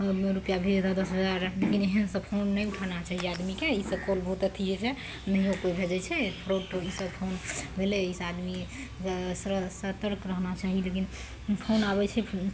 मोबाइलमे रूपैआ भेज दऽ दस हजार लेकिन एहन सब फोन नहि उठाना चाही आदमीके ईसब कॉल बहुत अथी होइ छै पे भेजय छै फ्रॉड ईसब फोन भेलय ई सँ आदमीके सतर्क रहना चाही लेकिन फोन आबय छै